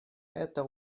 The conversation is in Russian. это